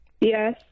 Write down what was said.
Yes